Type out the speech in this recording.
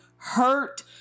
Hurt